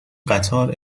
قطار